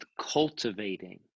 cultivating